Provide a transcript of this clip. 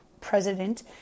president